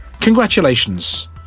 Congratulations